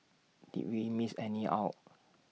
did we miss any out